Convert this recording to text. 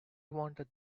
wanted